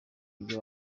iyo